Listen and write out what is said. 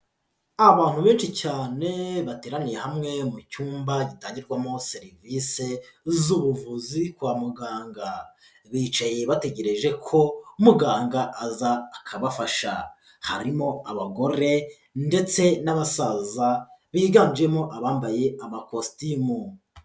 Abantu benshi cyane bateraniye hamwe mu cyumba gitangirwamo serivisi z'ubuvuzi kwa muganga, bicaye bategereje ko muganga aza akabafasha, harimo abagore ndetse n'abasaza biganjemo abambaye amakositimu.